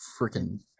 freaking